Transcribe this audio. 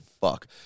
fuck